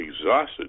exhausted